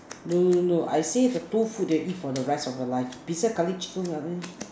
no no no no I said the two food that you will eat for the rest of your life besides curry chicken you have any